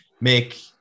make